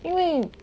因为